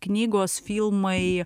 knygos filmai